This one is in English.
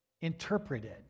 interpreted